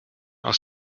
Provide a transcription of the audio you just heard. aus